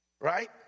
Right